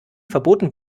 verboten